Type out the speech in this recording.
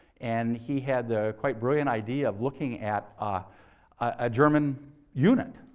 and he had the quite brilliant idea of looking at ah a german unit,